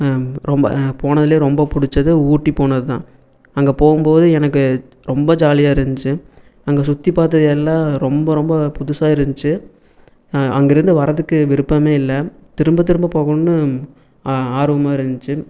ரொம்ப போனதுலேயே ரொம்ப பிடிச்சது ஊட்டி போனதுதான் அங்கே போகும்போது எனக்கு ரொம்ப ஜாலியாக இருந்துச்சு அங்கே சுற்றி பார்த்தது எல்லாம் ரொம்ப ரொம்ப புதுசாக இருந்துச்சு அங்கேயிருந்து வரதுக்கு விருப்பமே இல்லை திரும்ப திரும்ப போகணுன்னு ஆர்வமாக இருந்துச்சு